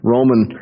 Roman